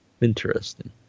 Interesting